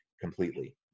completely